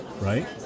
right